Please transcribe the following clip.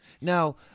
Now